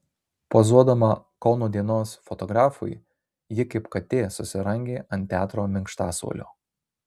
pozuodama kauno dienos fotografui ji kaip katė susirangė ant teatro minkštasuolio